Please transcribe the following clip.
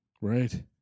Right